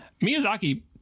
miyazaki